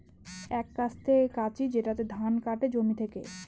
এক কাস্তে কাঁচি যেটাতে ধান কাটে জমি থেকে